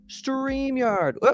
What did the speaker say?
StreamYard